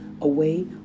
away